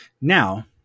Now